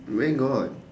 where got